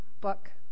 book